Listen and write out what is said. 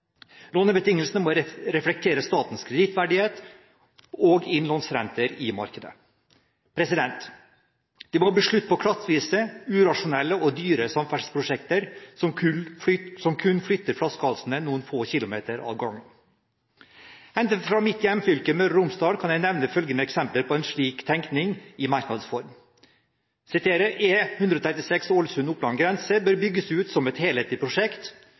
Lånebetingelsene må reflektere statens kredittverdighet og innlånsrenter i markedet. Det må bli slutt på klattvise, urasjonelle og dyre samferdselsprosjekter som kun flytter flaskehalsene noen få kilometer ad gangen. Hentet fra mitt hjemfylke, Møre og Romsdal, kan jeg nevne følgende eksempler på en slik tenkning i merknads form: «E136 Ålesund–Oppland grense bør bygges ut som et helhetlig prosjekt.»